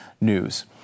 news